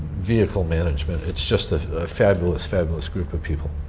vehicle management. it's just a fabulous, fabulous group of people.